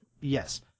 yes